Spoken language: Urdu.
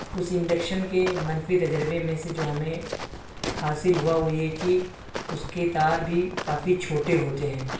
اس انڈکشن کے منفی تجربے میں سے جو ہمیں حاصل ہوا وہ یہ کہ اس کے تار بھی کافی چھوٹے ہوتے ہیں